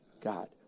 God